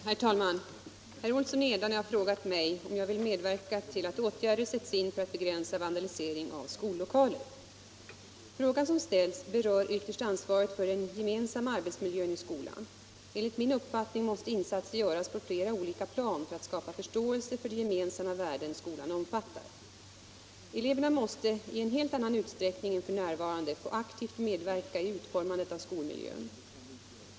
Herr talman! Herr Olsson i Edane har frågat mig om jag vill medverka till att åtgärder sätts in för att begränsa vandaliseringen av skollokaler. Frågan som ställs berör ytterst ansvaret för den gemensamma arbetsmiljön i skolan. Enligt min uppfattning måste insatser göras på flera olika plan för au skapa förståelse för de gemensamma värden skolan omfattar. Eleverna måste i en helt annan utsträckning än f. n. få aktivt medverka i utformandet av skolmiljön.